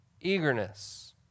eagerness